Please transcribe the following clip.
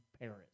paris